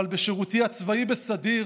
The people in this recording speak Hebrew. אבל בשירותי הצבאי בסדיר